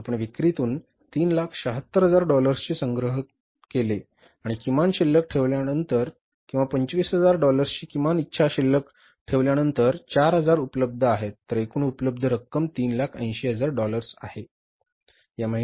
आपण विक्रीतून 376000 डॉलर्सचे संग्रहण केले आणि किमान शिल्लक ठेवल्यानंतर किंवा 25000 डॉलर्सची किमान इच्छा शिल्लक ठेवल्यानंतर 4000 उपलब्ध आहेत तर एकूण उपलब्ध रक्कम 380000 डॉलर्स आहे